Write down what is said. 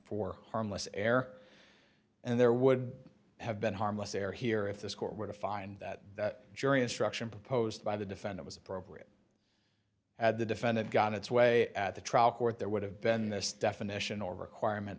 for harmless error and there would have been harmless error here if this court were to find that the jury instruction proposed by the defend it was appropriate at the defendant got its way at the trial court there would have been this definition or requirement